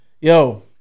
yo